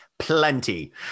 Plenty